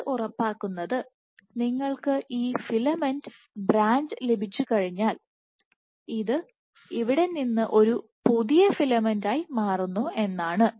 ഇത് ഉറപ്പാക്കുന്നത് നിങ്ങൾക്ക് ഈ ഫിലമെന്റ് ബ്രാഞ്ച് ലഭിച്ചുകഴിഞ്ഞാൽ ഇത് ഇവിടെ നിന്ന് ഒരു പുതിയ ഫിലമെന്റായി മാറുന്നു എന്നാണ്